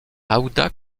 aouda